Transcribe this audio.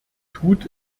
tut